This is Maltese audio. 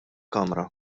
kamra